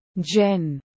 Jen